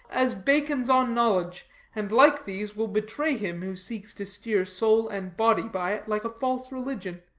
as bacon's on knowledge and, like these, will betray him who seeks to steer soul and body by it, like a false religion.